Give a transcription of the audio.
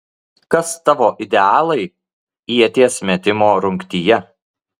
kas tavo idealai ieties metimo rungtyje